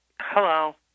Hello